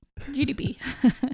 GDP